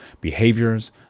behaviors